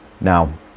Now